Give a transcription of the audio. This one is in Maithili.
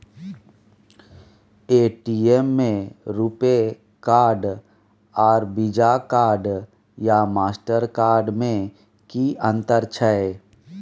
ए.टी.एम में रूपे कार्ड आर वीजा कार्ड या मास्टर कार्ड में कि अतंर छै?